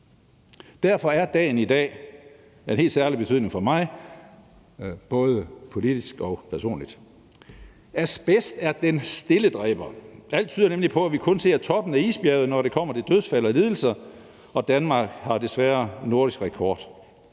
Derfor er dagen i dag af en helt særlig betydning for mig, både politisk og personligt. Asbest er den stille dræber. Alt tyder nemlig på, at vi kun ser toppen af isbjerget, når det kommer til dødsfald og lidelser, og Danmark har desværre nordisk rekord.